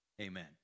Amen